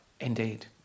Indeed